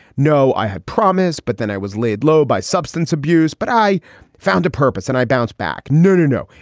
no. i had promised, but then i was laid low by substance abuse. but i found a purpose and i bounced back. no, no, no.